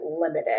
limited